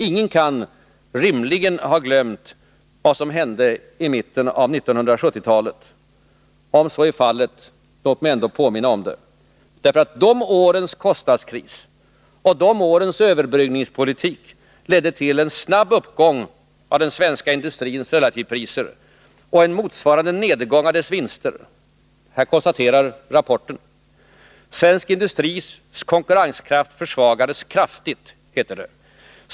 Ingen kan rimligen ha glömt vad som hände i mitten av 1970-talet. Om så är fallet, låt mig då påminna om det. De årens kostnadskris och överbryggningspolitik ledde till en snabb uppgång av den svenska industrins relativpriser och en motsvarande nedgång i dess vinster — konstaterar rapporten. Svensk industris konkurrenskraft försvagades kraftigt, heter det.